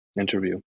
interview